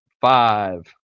five